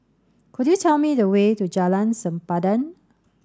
could you tell me the way to Jalan Sempadan